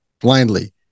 blindly